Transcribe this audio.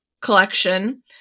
collection